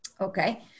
Okay